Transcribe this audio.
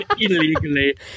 Illegally